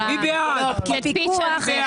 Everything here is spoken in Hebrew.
אחרי שישה חודשים,